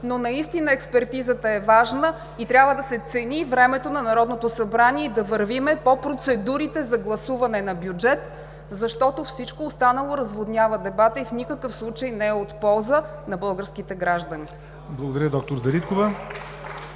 но наистина експертизата е важна и трябва да се цени времето на Народното събрание, да вървим по процедурите за гласуване на бюджет, защото всичко останало разводнява дебата и в никакъв случай не е от полза на българските граждани. (Частични ръкопляскания